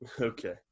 Okay